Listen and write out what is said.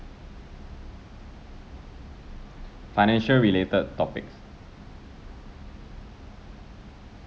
financial related topic